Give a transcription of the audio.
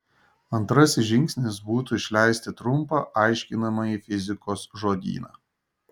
antrasis žingsnis būtų išleisti trumpą aiškinamąjį fizikos žodyną